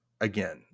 again